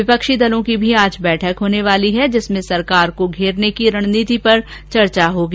विपक्षी दलों की भी राज बैठक होने वाली है जिसमें सरकार को र्घेरने की रणनीति पर चर्चा होगी